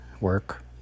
work